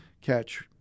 catch